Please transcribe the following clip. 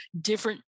different